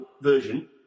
version